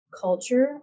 culture